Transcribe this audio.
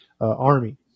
Army